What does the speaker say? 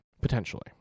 Potentially